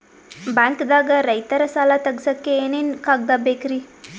ಬ್ಯಾಂಕ್ದಾಗ ರೈತರ ಸಾಲ ತಗ್ಸಕ್ಕೆ ಏನೇನ್ ಕಾಗ್ದ ಬೇಕ್ರಿ?